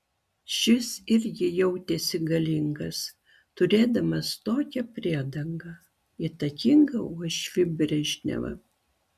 šis irgi jautėsi galingas turėdamas tokią priedangą įtakingąjį uošvį brežnevą